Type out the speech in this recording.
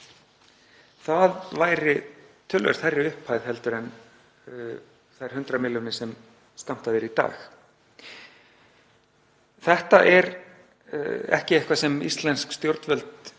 Það væri töluvert hærri upphæð heldur en þær 100 milljónir sem skammtaðar eru í dag. Þetta er ekki eitthvað sem íslensk stjórnvöld